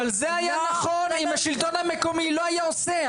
אבל זה היה נכון אם השלטון המקומי לא היה עושה.